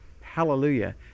Hallelujah